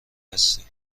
هستی